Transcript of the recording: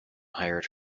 hired